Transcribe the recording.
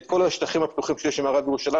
את כל השטחים הפתוחים שיש במערב ירושלים.